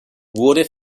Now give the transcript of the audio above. wurde